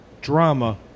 drama